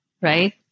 right